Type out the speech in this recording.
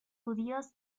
judíos